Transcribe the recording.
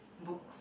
books